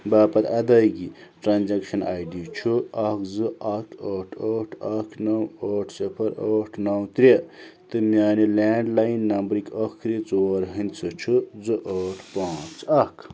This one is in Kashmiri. باپتھ ادایگی ٹرٛانزیٚکشَن آے ڈی چھِ اَکھ زٕ اَکھ ٲٹھ ٲٹھ اَکھ نَو ٲٹھ صِفَر ٲٹھ نَو ترٛےٚ تہٕ میٛانہِ لینٛڈ لایِن نمبرٕکۍ ٲخری ژور ہِنٛدسہٕ چھِ زٕ ٲٹھ پانٛژھ اَکھ